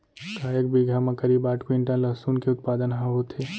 का एक बीघा म करीब आठ क्विंटल लहसुन के उत्पादन ह होथे?